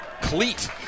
cleat